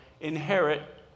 inherit